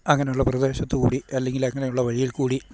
അങ്ങനെയുള്ള പ്രദേശത്തു കൂടി അല്ലെങ്കിൽ അങ്ങനെയുള്ള വഴിയിൽ കൂടി